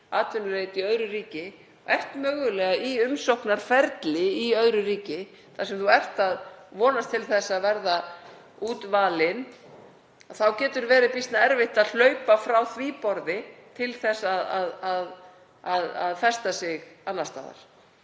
atvinnuleit í öðru ríki, mögulega í umsóknarferli í öðru ríki þar sem þú vonast til að verða útvalin, getur verið býsna erfitt að hlaupa frá því borði til að festa sig annars staðar.